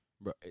Bro